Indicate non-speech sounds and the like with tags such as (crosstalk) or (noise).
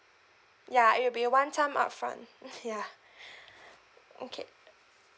ya it will be one time up front (laughs) ya (breath) okay